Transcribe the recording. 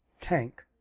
tank